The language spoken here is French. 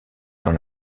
dans